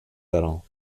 little